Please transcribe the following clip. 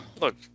Look